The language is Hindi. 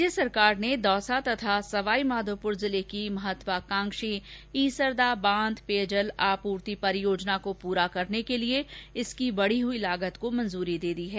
राज्य सरकार ने दौसा तथा सवाईमाधोपुर जिले की महत्वाकांक्षी ईसरदा बांध पेयजल आपूर्ति परियोजना को पूरा करने के लिए इसकी बढ़ी हुई लागत को मंजूरी दे दी है